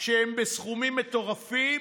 שהם בסכומים מטורפים.